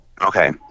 Okay